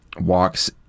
walks